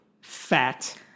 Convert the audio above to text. fat